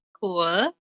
cool